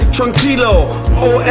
Tranquilo